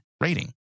rating